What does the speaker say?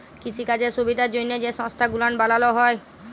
কিসিকাজের সুবিধার জ্যনহে যে সংস্থা গুলান বালালো হ্যয়